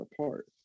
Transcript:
apart